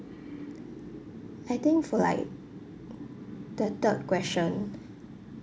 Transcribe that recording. I think for like the third question